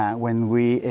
um when we,